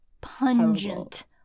pungent